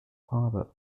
father